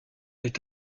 est